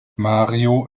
mario